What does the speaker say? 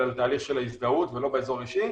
על התהליך של ההזדהות ולא באזור אישי,